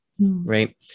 right